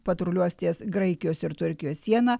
patruliuos ties graikijos ir turkijos siena